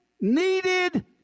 needed